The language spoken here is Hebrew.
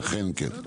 אכן כן,